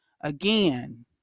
again